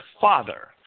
father